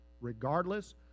regardless